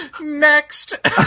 Next